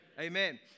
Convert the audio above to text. Amen